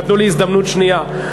נתנו לי הזדמנות שנייה.